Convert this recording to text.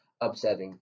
upsetting